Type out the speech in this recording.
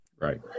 right